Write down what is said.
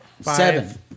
Seven